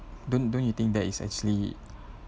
don't don't you think that is actually